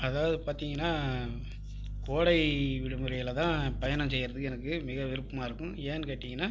அதாவது பார்த்தீங்கனா கோடை விடுமுறையில் தான் பயணம் செய்கிறதுக்கு எனக்கு மிக விருப்பமாயிருக்கும் ஏன் கேட்டீங்கனா